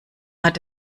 hat